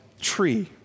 tree